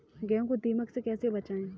गेहूँ को दीमक से कैसे बचाएँ?